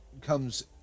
comes